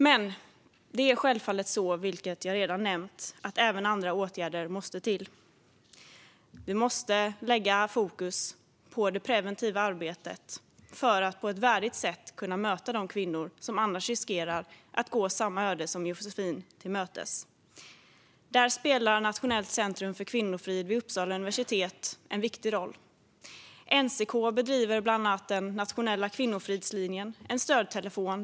Men det är självfallet så, vilket jag redan nämnt, att även andra åtgärder måste till. Vi måste ha fokus på det preventiva arbetet för att vi på ett värdigt sätt ska kunna möta de kvinnor som annars riskerar att gå samma öde som Josefins till mötes. Där spelar Nationellt centrum för kvinnofrid vid Uppsala universitet en viktig roll. NCK driver bland annat den nationella stödtelefonen Kvinnofridslinjen.